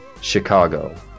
Chicago